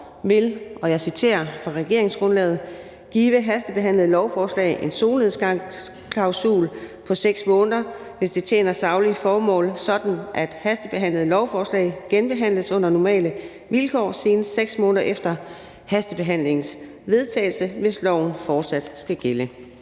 vil – og jeg citerer fra regeringsgrundlaget: »Give hastebehandlede lovforslag en solnedgangsklausul på seks måneder, hvis det tjener saglige formål, sådan at hastebehandle lovforslag genbehandles under normale vilkår senest seks måneder efter hastebehandlingens vedtagelse, hvis loven fortsat skal gælde.«